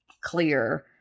clear